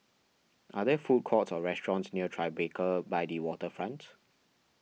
are there food courts or restaurants near Tribeca by the Waterfront